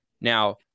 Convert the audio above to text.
Now